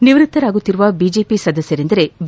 ನಿವೃತ್ತರಾಗುತ್ತಿರುವ BJP ಸದಸ್ಯರೆಂದರೆ B